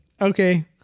Okay